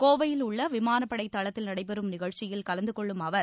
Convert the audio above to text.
கோவையில் உள்ள விமான படை தளத்தில் நடைபெறும் நிகழ்ச்சியில் கலந்து கொள்ளும் அவர்